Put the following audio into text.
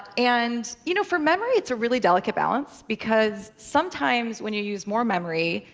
and you know for memory, it's a really delicate balance. because sometimes when you use more memory,